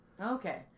Okay